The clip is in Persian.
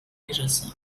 میرسم